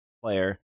player